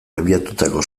abiatutako